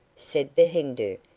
said the hindoo,